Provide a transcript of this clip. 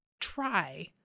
try